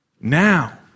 Now